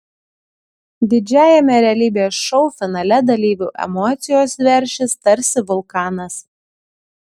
didžiajame realybės šou finale dalyvių emocijos veršis tarsi vulkanas